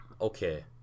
Okay